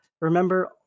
remember